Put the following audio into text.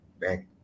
back